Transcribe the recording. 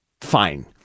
fine